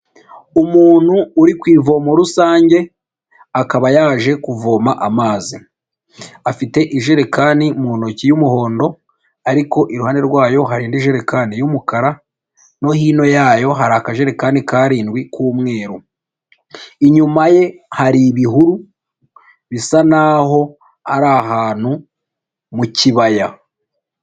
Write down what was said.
Umuntu uri ku ivomo rusange akaba yaje kuvoma amazi. Afite ijerekani mu ntoki y'umuhondo ariko iruhande rwayo hari jerekani y'umukara no hino yayo hari akajerekani k'arindwi k'umweru, inyuma ye hari ibihuru bisa n'aho ari ahantu mu kibaya.